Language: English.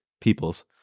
people's